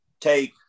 take